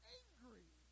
angry